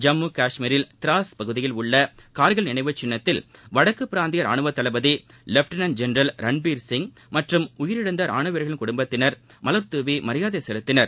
ஜம்மு கஷ்மீரில் திராஸ் பகுதியில் உள்ள கார்கில் நினைவுச் சின்னத்தில் வடக்குப் பிராந்திய ரானுவத் தளபதி லெப்டினன்ட் ஜென்ரல் ரன்பீர்சிப் மற்றும் உயிரிழந்த ரானுவ வீரர்களின் குடும்பத்தினர் மலர் தூவி மரியாதை செலுத்தினர்